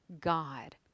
God